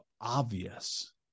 obvious